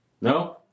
No